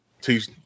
teach